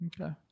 Okay